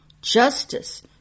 justice